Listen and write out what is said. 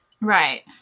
right